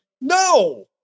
No